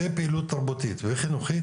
לפעילות תרבותית וחינוכית,